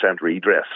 redress